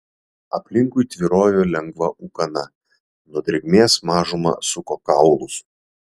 aplinkui tvyrojo lengva ūkana nuo drėgmės mažumą suko kaulus